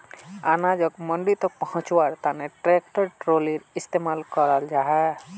अनाजोक मंडी तक पहुन्च्वार तने ट्रेक्टर ट्रालिर इस्तेमाल कराल जाहा